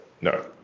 No